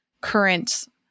current